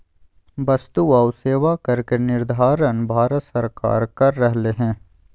वस्तु आऊ सेवा कर के निर्धारण भारत सरकार कर रहले हें